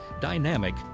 dynamic